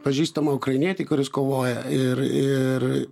pažįstamą ukrainietį kuris kovoja ir ir